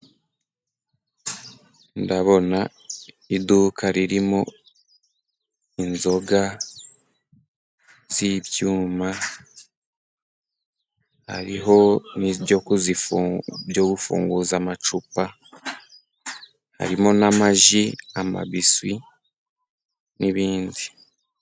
Ndabona iduka ririmo inzoga z'ibyuma, hariho n'ibyo kuzifu, byo gufunguza amacupa harimo n'amaji, amabiswi n'ibindi.